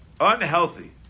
unhealthy